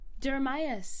jeremiah